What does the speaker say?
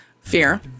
Fear